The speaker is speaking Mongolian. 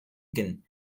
гэнэ